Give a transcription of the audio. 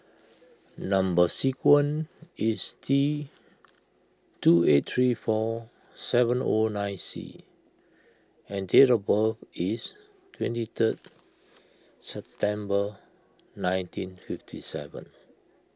Number Sequence is T two eight three four seven O nine C and date of birth is twenty third September nineteen fifty seven